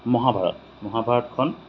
Mahabharata মহাভাৰতখন